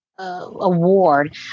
award